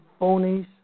phonies